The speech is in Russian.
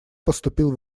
поступил